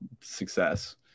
success